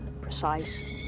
precise